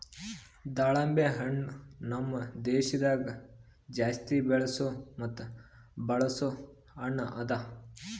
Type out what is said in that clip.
ದಾಳಿಂಬೆ ಹಣ್ಣ ನಮ್ ದೇಶದಾಗ್ ಜಾಸ್ತಿ ಬೆಳೆಸೋ ಮತ್ತ ಬಳಸೋ ಹಣ್ಣ ಅದಾ